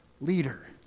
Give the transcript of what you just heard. leader